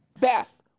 Beth